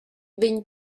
vegn